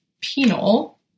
penal